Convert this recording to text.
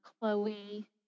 Chloe